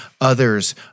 Others